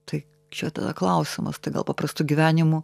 tai čia tada klausimas tai gal paprastų gyvenimų